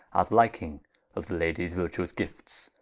as liking of the ladies vertuous gifts,